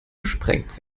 gesprengt